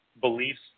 beliefs